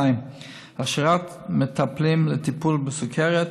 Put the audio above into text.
2. הכשרת מטפלים לטיפול בסוכרת,